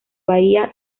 bahía